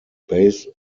based